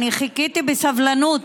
אני חיכיתי בסבלנות.